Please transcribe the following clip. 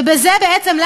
ובזה בעצם,